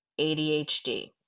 ADHD